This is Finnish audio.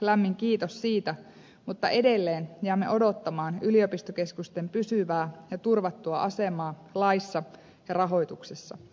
lämmin kiitos siitä mutta edelleen jäämme odottamaan yliopistokeskusten pysyvää ja turvattua asemaa laissa ja rahoituksessa